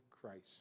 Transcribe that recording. Christ